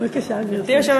בבקשה, גברתי.